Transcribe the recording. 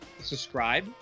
subscribe